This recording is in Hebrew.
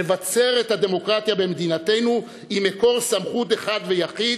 לבצר את הדמוקרטיה במדינתנו עם מקור סמכות אחד ויחיד,